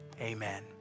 Amen